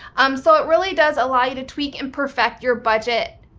um so it really does allow you to tweak and perfect your budget,